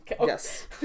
Yes